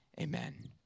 amen